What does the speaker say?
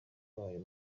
wayo